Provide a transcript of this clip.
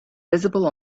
visible